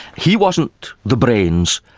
he wasn't the brains,